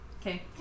Okay